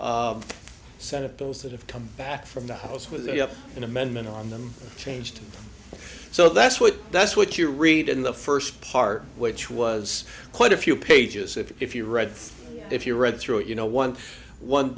senate bills that have come back from the house with an amendment on them changed so that's what that's what you read in the first part which was quite a few pages if you read if you read through it you know one one